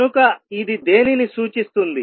కనుకఇది దేనిని సూచిస్తుంది